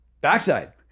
Backside